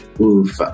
Oof